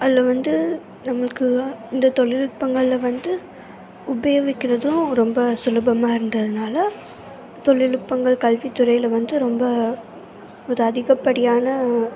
அதில் வந்து நம்மளுக்கு இந்த தொழில்நுட்பங்கள்ல வந்து உபயோவிக்கிறதும் ரொம்ப சுலபமாக இருந்ததினால தொழில்நுட்பங்கள் கல்வித்துறையில் வந்து ரொம்ப ஒரு அதிகப்படியான